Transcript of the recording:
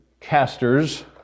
casters